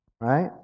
right